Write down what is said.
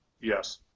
Yes